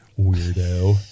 Weirdo